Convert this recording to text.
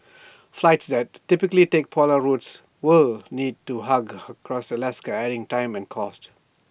flights that typically take polar routes will need to hug coast of Alaska adding time and cost